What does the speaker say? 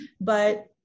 But-